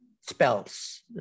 spells